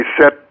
set